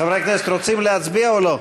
חברי הכנסת, רוצים להצביע או לא?